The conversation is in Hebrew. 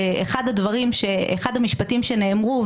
אחד המשפטים שנאמרו,